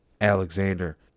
Alexander